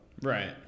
Right